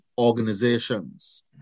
organizations